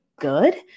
good